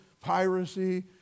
piracy